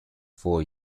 four